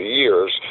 years